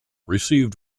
received